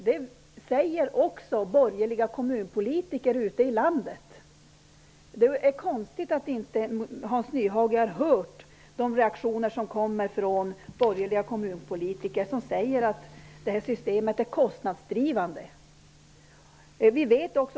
Det säger även borgerliga kommunpolitiker ute i landet. Det är konstigt att Hans Nyhage inte har hört de reaktioner som kommer från borgerliga kommunpolitiker. De säger att det här systemet är kostnadsdrivande.